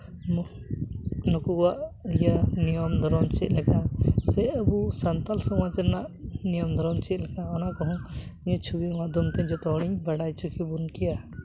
ᱱᱩᱠᱩᱣᱟᱜ ᱱᱤᱭᱚᱢ ᱫᱷᱚᱨᱚᱱ ᱪᱮᱫ ᱞᱮᱠᱟ ᱥᱮ ᱟᱵᱚ ᱥᱟᱱᱛᱟᱞ ᱥᱚᱢᱟᱡᱽ ᱨᱮᱱᱟᱜ ᱱᱤᱭᱚᱢ ᱫᱷᱚᱨᱚᱱ ᱪᱮᱫ ᱞᱮᱠᱟ ᱚᱱᱟ ᱠᱚ ᱤᱧᱟᱹᱜ ᱪᱷᱚᱵᱤ ᱢᱟᱫᱽᱫᱷᱚᱢ ᱛᱮ ᱡᱚᱛᱚ ᱦᱚᱲᱤᱧ ᱵᱟᱲᱟᱭ ᱦᱚᱪᱚ ᱠᱮᱵᱚᱱᱟ